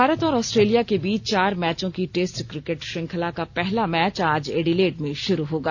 भारत और ऑस्ट्रेलिया के बीच चार मैचों की टेस्ट क्रिकेट श्रंखला का पहला मैच आज एडिलेड में शुरू होगा